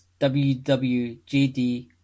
WWJD